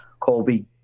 Colby